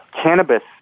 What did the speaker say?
cannabis